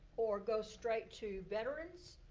or go straight to veteran's,